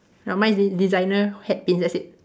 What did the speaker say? no mine de~ designer hat pins that's it